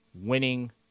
winning